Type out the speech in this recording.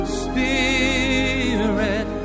spirit